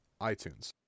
itunes